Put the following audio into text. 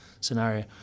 scenario